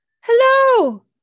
Hello